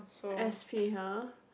S_P !huh!